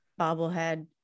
bobblehead